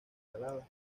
salada